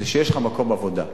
שיש לך מקום עבודה.